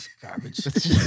Garbage